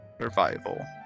Survival